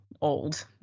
old